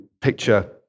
picture